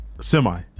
Semi